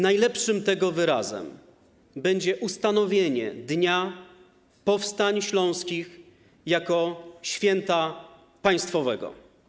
Najlepszym tego wyrazem będzie ustanowienie dnia powstań śląskich jako święta państwowego.